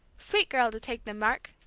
sweet girl to take them, mark,